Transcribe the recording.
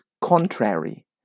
contrary